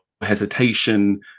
hesitation